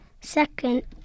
Second